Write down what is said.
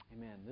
Amen